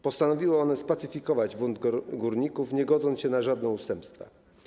Postanowiły one spacyfikować bunt górników, nie godząc się na żadne ustępstwa.